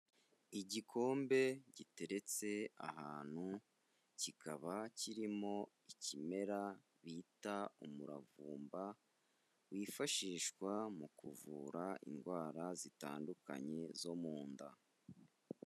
Igikombe giteretse ahantu, kikaba kirimo ikimera bita umuravumba wifashishwa mu kuvura indwara zitandukanye zo mu nda.